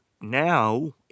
now